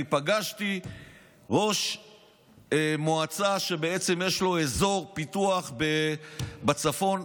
אני פגשתי ראש מועצה שיש לו אזור פיתוח בצפון.